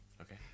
Okay